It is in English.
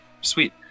sweet